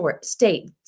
state